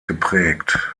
geprägt